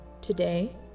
Today